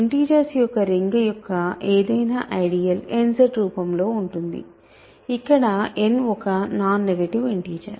integers యొక్క ring యొక్క ఏదైనా ఐడియల్ n Z రూపంలో ఉంటుంది ఇక్కడ n ఒక నాన్ నెగటివ్ ఇంటిజర్